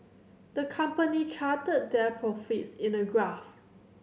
the company charted their profits in a graph